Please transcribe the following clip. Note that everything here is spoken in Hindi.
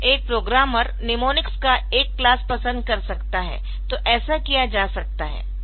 एक प्रोग्रामर निमोनिक्स का एक क्लास पसंद कर सकता है तो ऐसा किया जा सकता है